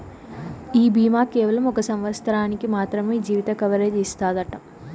ఈ బీమా కేవలం ఒక సంవత్సరానికి మాత్రమే జీవిత కవరేజ్ ఇస్తాదట